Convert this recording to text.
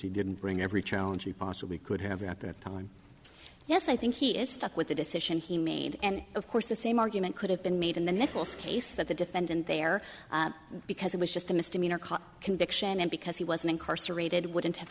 he didn't bring every challenge he possibly could have at that time yes i think he is stuck with the decision he made and of course the same argument could have been made in the nichols case that the defendant there because it was just a misdemeanor caught conviction and because he was incarcerated wouldn't have